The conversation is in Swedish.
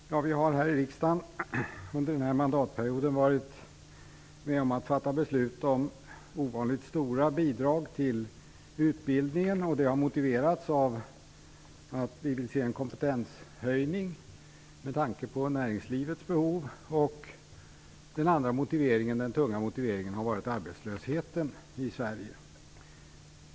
Herr talman! Vi har här i riksdagen under denna mandatperiod varit med om att fatta beslut om ovanligt stora bidrag till utbildningen. Det har motiverats av att vi vill se en kompetenshöjning med tanke på näringslivets behov. En annan tung motivering har varit arbetslösheten i Sverige.